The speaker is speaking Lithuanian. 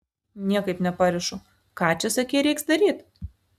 niekaip neparišu ką čia sakei reiks daryt